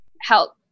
help